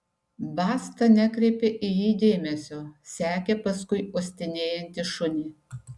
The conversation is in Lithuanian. basta nekreipė į jį dėmesio sekė paskui uostinėjantį šunį